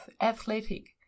athletic